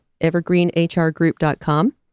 evergreenhrgroup.com